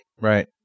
Right